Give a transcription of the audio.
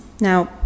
Now